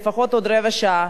לפחות עוד רבע שעה,